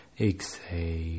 Exhale